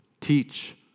Teach